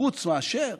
חוץ מאשר